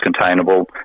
containable